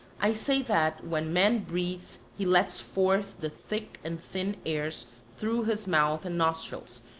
i say that when man breathes he lets forth the thick and thin airs through his mouth and nostrils,